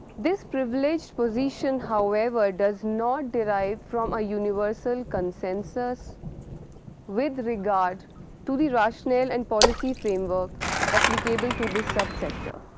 this privilege position however does not derive from a universal consensus with regard to the rationale and policy framework applicable to this sub sector.